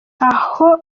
aho